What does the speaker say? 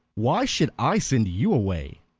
why should i send you away?